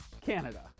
Canada